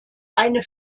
eine